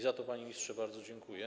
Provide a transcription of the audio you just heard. Za to, panie ministrze, bardzo dziękuję.